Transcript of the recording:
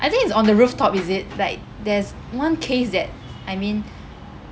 I think it's on the rooftop is it like there's one case that I mean